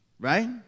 Right